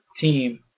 team